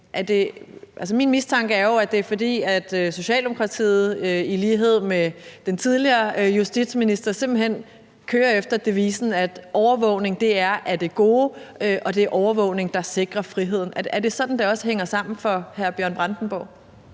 min mistanke er jo, at det er, fordi Socialdemokratiet i lighed med den tidligere justitsminister simpelt hen kører efter devisen, at overvågning er af det gode, og at det er overvågning, der sikrer friheden. Er det sådan, det også hænger sammen for hr. Bjørn Brandenborg?